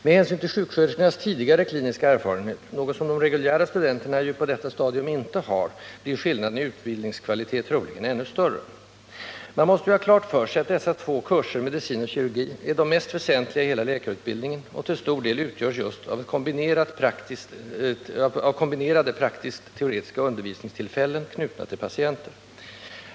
Med hänsyn till sjuksköterskornas tidigare kliniska erfarenhet — något som studenterna i den reguljära utbildningen inte har på detta stadium — blir skillnaden i utbildningskvalitet troligen ännu större. Man måste ju ha klart för sig att dessa två kurser, medicin och kirurgi, är de mest väsentliga i hela läkarutbildningen och att de till stor del utgörs just av kombinerade praktiskt-teoretiska undervisningstillfällen, knutna till patienter.